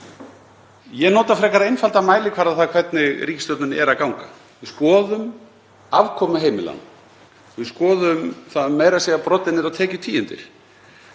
Ég nota frekar einfaldan mælikvarða á það hvernig ríkisstjórninni er að ganga. Við skoðum afkomu heimilanna. Við skoðum það meira að segja brotið niður á tekjutíundir.